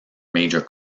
major